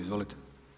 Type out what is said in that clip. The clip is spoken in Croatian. Izvolite.